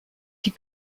die